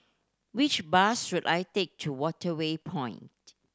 which bus should I take to Waterway Point